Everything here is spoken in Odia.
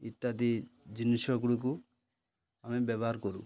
ଇତ୍ୟାଦି ଜିନିଷ ଗୁଡ଼ିକୁ ଆମେ ବ୍ୟବହାର କରୁ